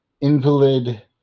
invalid